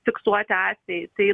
fiksuoti atvejai tai